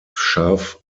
scharf